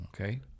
Okay